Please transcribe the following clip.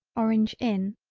orange in.